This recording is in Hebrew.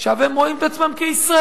עכשיו הם רואים את עצמם כישראלים,